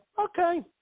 okay